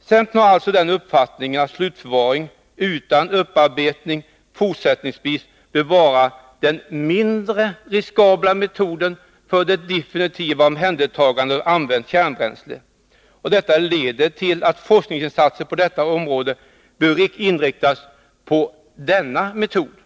Centern har alltså den uppfattningen att slutförvaring utan upparbetning fortsättningsvis bör vara den mindre riskabla metoden för det definitiva omhändertagandet av använt kärnbränsle, och detta leder till slutsatsen att forskningsinsatserna på detta område bör inriktas på denna metod.